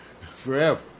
forever